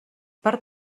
per